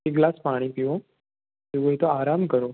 એક ગ્લાસ પાણી પીવો એવું હોય તો આરામ કરો